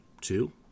two